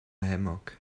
hammock